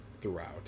throughout